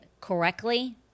correctly